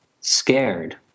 scared